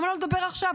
למה לא לדבר עכשיו?